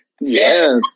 Yes